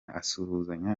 asuhuzanya